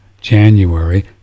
January